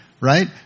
right